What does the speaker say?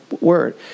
word